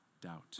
doubt